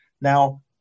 Now